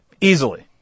Easily